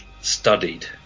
studied